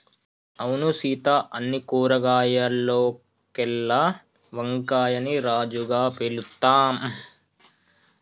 అవును సీత అన్ని కూరగాయాల్లోకెల్లా వంకాయని రాజుగా పిలుత్తాం